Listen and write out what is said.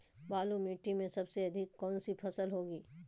बालू मिट्टी में सबसे अधिक कौन सी फसल होगी?